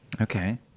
Okay